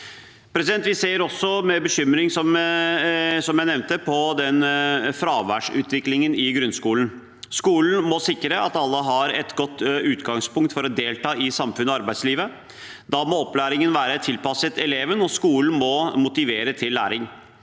bekymring, som jeg nevnte, på fraværsutviklingen i grunnskolen. Skolen må sikre at alle har et godt utgangspunkt for å delta i samfunnet og arbeidslivet. Da må opplæringen være tilpasset eleven, og skolen må motivere til læring.